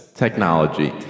Technology